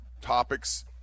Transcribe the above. topics